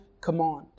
command